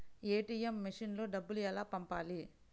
ATM మెషిన్లో డబ్బులు ఎలా పంపాలి?